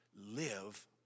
Live